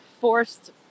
forced